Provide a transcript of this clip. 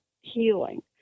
healing